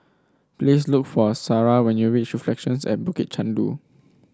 please look for Sarrah when you reach Reflections at Bukit Chandu